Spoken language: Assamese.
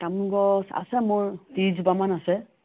তামোল গছ আছে মোৰ ত্ৰিছ জোপামান আছে